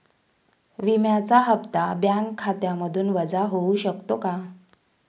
विम्याचा हप्ता बँक खात्यामधून वजा होऊ शकतो का?